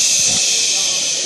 ששש.